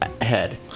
Head